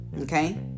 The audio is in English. Okay